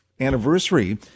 anniversary